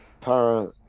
Para